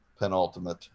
penultimate